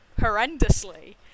horrendously